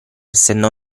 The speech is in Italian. essendo